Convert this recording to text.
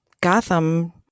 Gotham